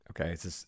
Okay